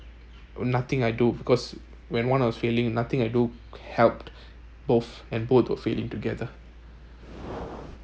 nothing I do because when one was failing nothing I do helped both and both were failing together